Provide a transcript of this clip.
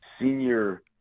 senior